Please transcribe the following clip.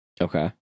okay